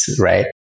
right